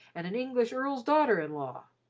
and an english earl's daughter-in-law.